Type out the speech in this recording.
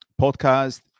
podcast